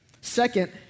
Second